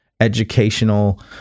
educational